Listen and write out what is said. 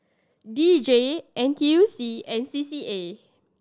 D J N T U C and C C A